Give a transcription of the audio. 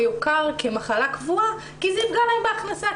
יוכר כמחלה קבועה כי זה יפגע להם בהכנסה,